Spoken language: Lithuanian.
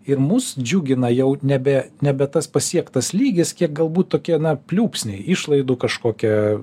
ir mus džiugina jau nebe nebe tas pasiektas lygis kiek galbūt tokie na pliūpsniai išlaidų kažkokie